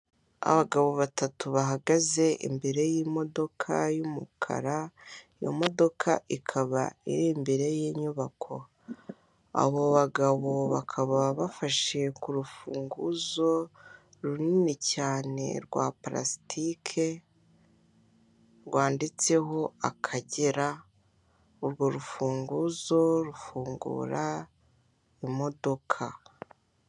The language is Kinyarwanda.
Abagabo batatu bahagaze imbere y'imodoka y'umukara, iyo modoka ikaba iri imbere y'inyubako. Abo bagabo bakaba bafashe ku rufunguzo runini cyane rwa purasitike rwanditseho Akagera, urwo rufunguzo rufungura imodoka.